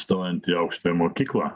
stojant į aukštąją mokyklą